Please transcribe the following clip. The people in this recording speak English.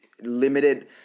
limited